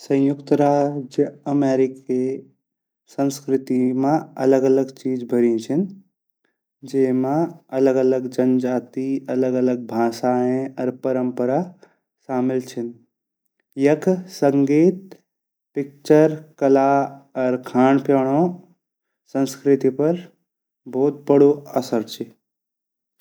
सयुंक्त राज्य अमेरिके संस्कृति मा अलग-अलग चीज़ भरी छिन जैमा अलग-अलग जन-जाती अलग-अलग भाषा अर परंपरा शामिल छिन यख संगीत पिक्चर अर कला अर खांड प्योडों संस्कृति पर भोत बडू असर ची।